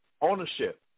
ownership